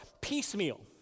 piecemeal